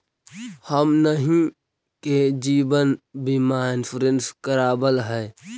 हमनहि के जिवन बिमा इंश्योरेंस करावल है?